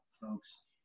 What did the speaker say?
folks